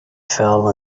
fell